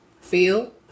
Feel